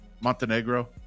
Montenegro